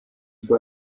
für